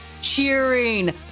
cheering